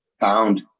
found